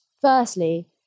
firstly